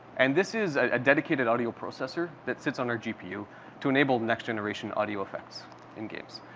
and this is a dedicated audio processor that sits on our gpu to enable next-generation audio effects in games.